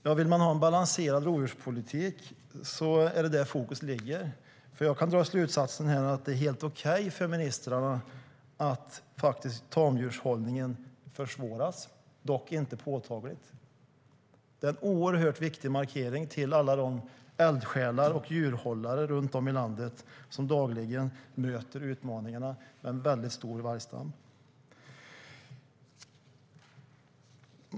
Ja, vill man ha en balanserad rovdjurspolitik är det där fokus ligger, för jag kan dra slutsatsen att det är helt okej för ministrarna att tamdjursförhållningen försvåras - dock inte "påtagligt". Det är en oerhört viktig markering för alla de eldsjälar och djurhållare runt om i landet som dagligen möter utmaningarna med en väldigt stor vargstam.